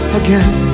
again